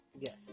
Yes